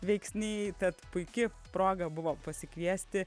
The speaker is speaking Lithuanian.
veiksniai tad puiki proga buvo pasikviesti